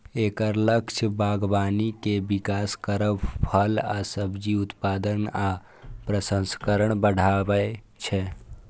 एकर लक्ष्य बागबानी के विकास करब, फल आ सब्जीक उत्पादन आ प्रसंस्करण बढ़ायब छै